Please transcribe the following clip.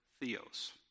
theos